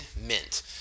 mint